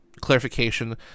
clarification